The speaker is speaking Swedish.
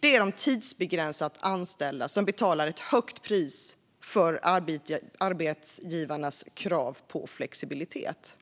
De tidsbegränsat anställda betalar ett högt pris för arbetsgivarnas krav på flexibilitet.